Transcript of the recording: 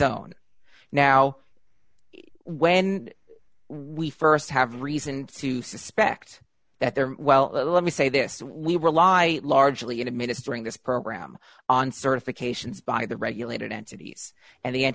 own now when we st have reason to suspect that they're well let me say this we rely largely in administering this program on certifications by the regulated entities and the